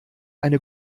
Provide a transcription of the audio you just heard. eine